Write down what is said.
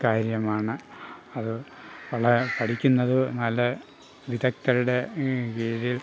കാര്യമാണ് അത് വളരെ പഠിക്കുന്നത് നല്ല വിദഗ്ധരുടെ കീഴിൽ